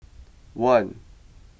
one